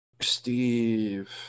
Steve